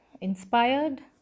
inspired